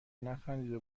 نخندیده